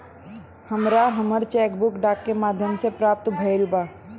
हमरा हमर cheque book डाक के माध्यम से प्राप्त भईल बा